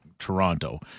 Toronto